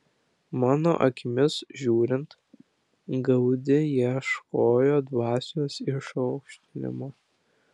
mano akimis žiūrint gaudi ieškojo dvasios išaukštinimo